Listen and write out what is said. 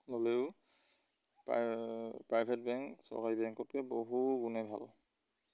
ল'লেও private bank চৰকাৰী বেংককে বহু গুণে ভাল